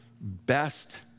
best